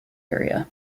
area